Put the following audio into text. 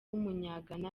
w’umunyagana